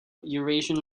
eurasian